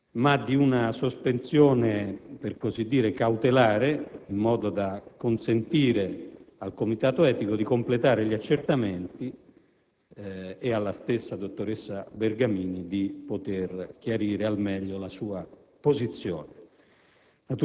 ma di una sospensione, per così dire, cautelare, in modo da consentire al comitato etico di completare gli accertamenti e alla stessa dottoressa Bergamini di chiarire al meglio la sua posizione.